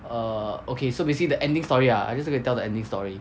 err okay so basically the ending story ah I just going to tell the ending story